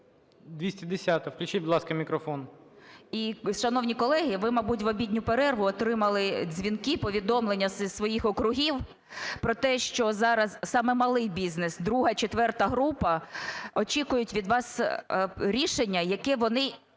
210-а. Включіть, будь ласка, мікрофон. 15:15:22 ЮЖАНІНА Н.П. І, шановні колеги, ви, мабуть, в обідню перерву отримали дзвінки, повідомлення зі своїх округів про те, що зараз саме малий бізнес – друга, четверта група – очікують від вас рішення, яке вони